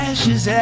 Ashes